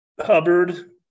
Hubbard